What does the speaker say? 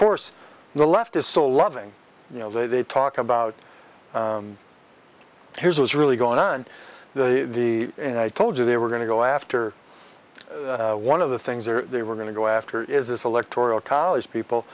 course the left is so loving you know they talk about here's what's really going on the the i told you they were going to go after one of the things or they were going to go after is this electorial college people